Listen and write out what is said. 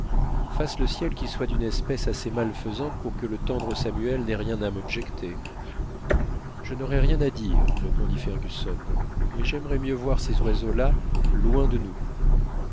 fasse le ciel qu'ils soient d'une espèce assez malfaisante pour que le tendre samuel n'ait rien à m'objecter je n'aurai rien à dire répondit fergusson mais j'aimerais mieux voir ces oiseaux là loin de nous